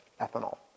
ethanol